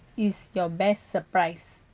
is your best surprise